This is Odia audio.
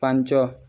ପାଞ୍ଚ